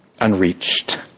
unreached